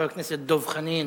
חבר הכנסת דב חנין,